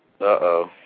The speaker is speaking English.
Uh-oh